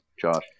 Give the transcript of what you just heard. Josh